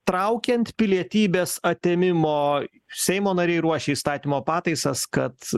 traukiant pilietybės atėmimo seimo nariai ruošė įstatymo pataisas kad